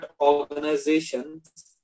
organizations